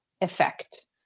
effect